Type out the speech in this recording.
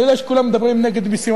אני יודע שכולם מדברים נגד מסים,